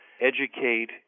educate